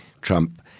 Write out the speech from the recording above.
Trump